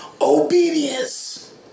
obedience